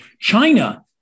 China